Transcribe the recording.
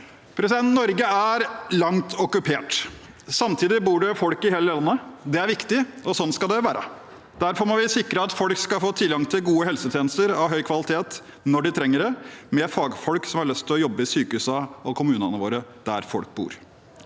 gjøre det. Norge er langt og kupert. Samtidig bor det folk i hele landet. Det er viktig, og sånn skal det være. Derfor må vi sikre at folk skal få tilgang til gode helsetjenester av høy kvalitet når de trenger det, med fagfolk som har lyst til å jobbe i sykehusene og kommunene våre, der folk bor.